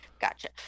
Gotcha